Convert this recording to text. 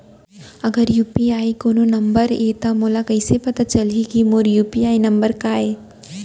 अगर यू.पी.आई कोनो नंबर ये त मोला कइसे पता चलही कि मोर यू.पी.आई नंबर का ये?